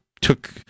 took